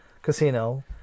Casino